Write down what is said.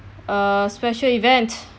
uh special event